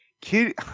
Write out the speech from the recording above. Kid